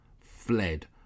fled